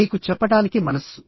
మీకు చెప్పటానికి మనస్సు